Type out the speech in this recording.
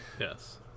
Yes